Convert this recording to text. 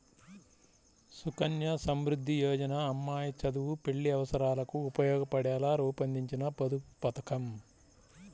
సుకన్య సమృద్ధి యోజన అమ్మాయి చదువు, పెళ్లి అవసరాలకు ఉపయోగపడేలా రూపొందించిన పొదుపు పథకం